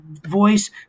voice